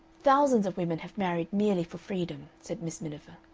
thousands of women have married merely for freedom, said miss miniver.